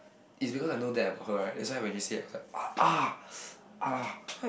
it's because I know that about her right that's why when she say right I was like uh ah ah ah